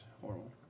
horrible